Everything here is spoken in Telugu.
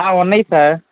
ఉన్నాయి సార్